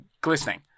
glistening